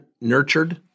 nurtured